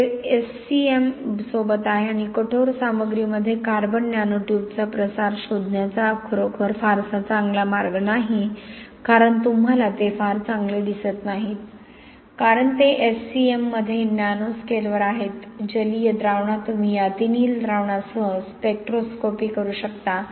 हे एससीएम सोबत आहे आणि कठोर सामग्रीमध्ये कार्बन नॅनो ट्यूबचा प्रसार शोधण्याचा खरोखर फारसा चांगला मार्ग नाही कारण तुम्हाला ते फार चांगले दिसत नाहीत कारण ते एससीएममध्ये नॅनो स्केलवर आहेत जलीय द्रावणात तुम्ही या अतिनील द्रावणासह स्पेक्ट्रोस्कोपी करू शकता